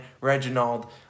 reginald